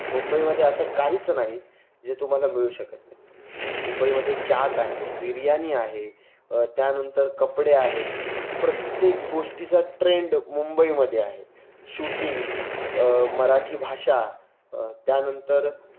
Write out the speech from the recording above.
मुंबईमध्ये असं काहीच नाही जे तुम्हाला मिळू शकत नाही मुंबईमध्ये चाट आहे बिर्यानी आहे त्यानंतर कपडे आहेत प्रत्येक गोष्टीचा ट्रेंड मुंबईमध्ये आहे शुटिंग्स मराठी भाषा त्यानंतर